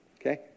okay